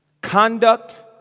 Conduct